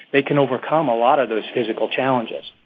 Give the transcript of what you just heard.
they can overcome a lot of those physical challenges